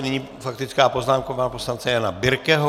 Nyní faktická poznámka pana poslance Jana Birkeho.